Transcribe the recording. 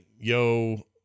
yo